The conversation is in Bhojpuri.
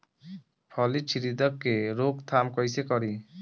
फली छिद्रक के रोकथाम कईसे करी?